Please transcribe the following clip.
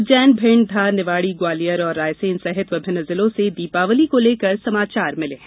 उज्जैन भिण्ड धार निवाड़ी ग्वालियर और रायसेन सहित विभिन्न जिलों से दीपावली को लेकर समाचार मिले हैं